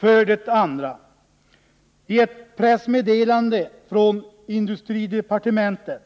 För det andra: av ett pressmeddelande från industridepartementet